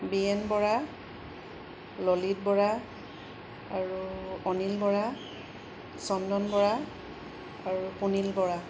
B N Bora Lalit Bora আৰু অনিল বৰা চন্দন বৰা আৰু পুনিল বৰা